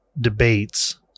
debates